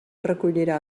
recollirà